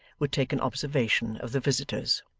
would take an observation of the visitors.